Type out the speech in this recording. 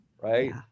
Right